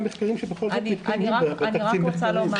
אני רק רוצה לומר,